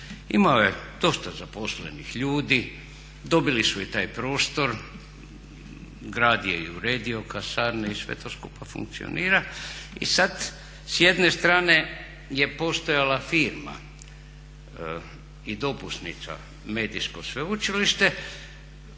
imao je dosta zaposlenih ljudi, dobili su i taj prostor, grad je i uredio kasarne i sve to skupa funkcionira i sad s jedne strane je postojala firma i dopusnica Medijsko sveučilište